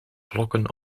blokken